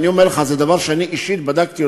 ואני אומר לך שזה דבר שאני אישית בדקתי,